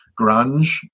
grunge